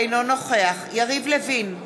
אינו נוכח יריב לוין,